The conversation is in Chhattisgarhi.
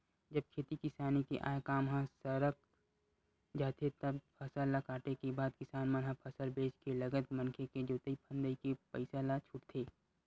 जब खेती किसानी के आय काम ह सरक जाथे तब फसल ल काटे के बाद किसान मन ह फसल बेंच के लगत मनके के जोंतई फंदई के पइसा ल छूटथे